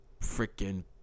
Freaking